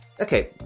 Okay